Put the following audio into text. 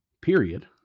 period